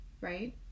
right